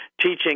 teaching